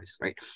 right